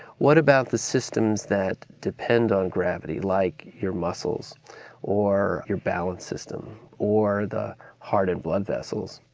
what about the systems that depend on gravity, like your muscles or your balance system or the heart and blood vessels?